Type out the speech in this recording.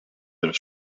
their